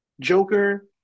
Joker